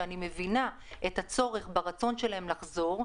שאני מבינה את הרצון שלהם לחזור,